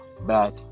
back